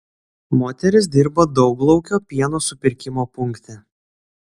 moteris dirba dauglaukio pieno supirkimo punkte